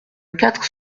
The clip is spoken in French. quatre